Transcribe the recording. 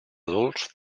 adults